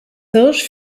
hirsch